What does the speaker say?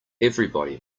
everybody